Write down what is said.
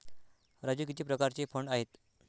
राजू किती प्रकारचे फंड आहेत?